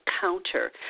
counter